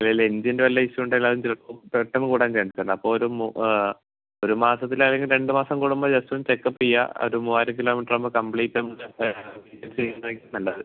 അല്ലേൽ എഞ്ചിൻ്റെ വല്ല ഇഷ്യൂ ഉണ്ടെങ്കിൽ അതും ചെലപ്പം പെട്ടെന്ന് കൂടാൻ ചാൻസ് ഇണ്ട് അപ്പോ ഒരു ഒരു മാസത്തിൽ അല്ലെങ്കിൽ രണ്ട് മാസം കൂടുമ്പോൾ ജസ്റ്റ് ഒന്ന് ചെക്കപ്പ് ചെയ്യുക അത് മൂവായിരം കിലോമീറ്റർ ആകുമ്പോൾ കമ്പ്ലീറ്റ് നമക്ക് അത് മെയിൻ്റനൻസ് ചെയ്യുന്നത് ആയിരിക്കും നല്ലത്